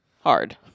hard